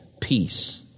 peace